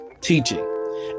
teaching